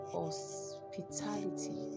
hospitality